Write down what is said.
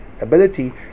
ability